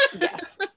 yes